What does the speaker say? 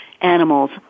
animals